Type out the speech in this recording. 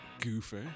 Goofy